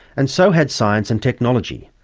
and so had science and technology,